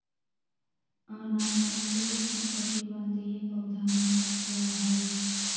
अनानास उष्णकटिबंधीय पौधा मानल जाहई